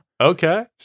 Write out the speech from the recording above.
Okay